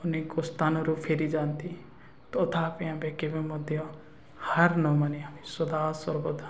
ଅନେକ ସ୍ଥାନରୁ ଫେରି ଯାଆନ୍ତି ତଥାପି ଆମ୍ଭେ କେବେ ମଧ୍ୟ ହାର ନମାନି ଆମେ ସଦାସର୍ବଦା